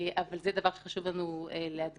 אבל זה דבר שחשוב לנו להדגיש.